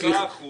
עדיין אופי רך.